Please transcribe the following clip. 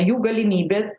jų galimybės